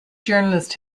journalist